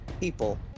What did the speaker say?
people